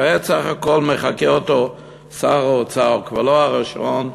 כעת, סך הכול מחקה אותו שר האוצר, כבר לא הראשון,